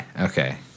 Okay